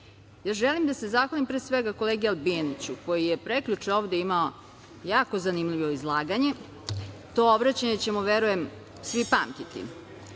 aktuelna. Želim da se zahvalim pre svega kolegi Albijaniću koji je prekjuče ovde imao jako zanimljivo izlaganje. To obraćanje ćemo verujem svi pamtiti.